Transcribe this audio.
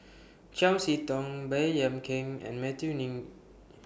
Chiam See Tong Baey Yam Keng and Matthew Ngui